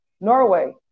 Norway